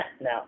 no